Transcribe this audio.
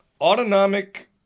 Autonomic